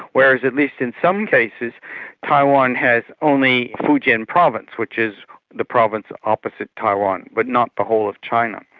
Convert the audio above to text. whereas at least in some cases taiwan has only fujian province, which is the province opposite taiwan but not the whole of china.